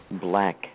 black